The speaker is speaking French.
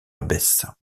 abbesse